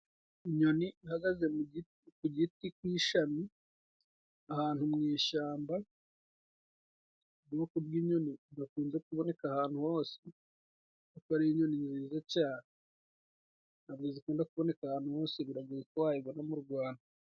Inyoni ihagaze mugi ku giti ku ishami ahantu mu ishyamba, ubwonko bw'inyoni budakunze kuboneka ahantu hose, kuko ari inyoni nziza cane ,ntabwo zikunda kuboneka ahantu hose ,biragoye ko wayibona mu Rwanda.